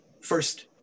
First